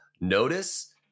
notice